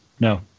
no